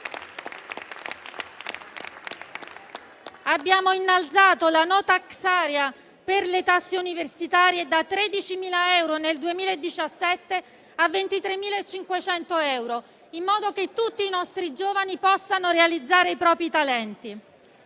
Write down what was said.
Abbiamo innalzato la *no tax area* per le tasse universitarie, da 13.000 euro nel 2017 a 23.500 euro, in modo che tutti i nostri giovani possano realizzare i propri talenti.